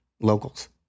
locals